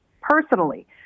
personally